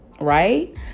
right